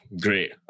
great